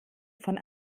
von